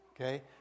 Okay